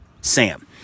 Sam